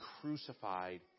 crucified